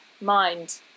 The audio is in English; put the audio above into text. mind